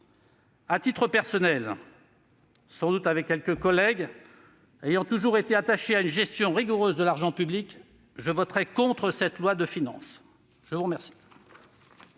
À titre personnel, sans doute avec quelques collègues ayant toujours été attachés à une gestion rigoureuse de l'argent public, je voterai contre ce projet de loi de finances. La parole